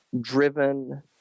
driven